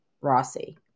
Rossi